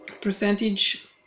percentage